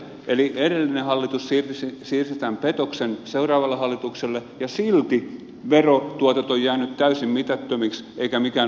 eli edellinen hallitus siirsi tämän petoksen seuraavalle hallitukselle ja silti verotuotot ovat jääneet täysin mitättömiksi eikä mikään ole